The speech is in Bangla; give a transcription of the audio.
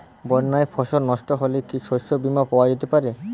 বন্যায় ফসল নস্ট হলে কি শস্য বীমা পাওয়া যেতে পারে?